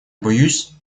боюсь